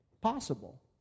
Possible